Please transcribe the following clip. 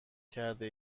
کرده